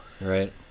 Right